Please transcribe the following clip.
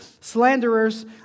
slanderers